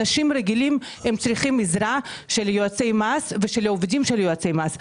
אנשים רגילים צריכים עזרה של יועצי מס ושל עובדי יועצי מס.